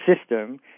system